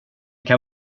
kan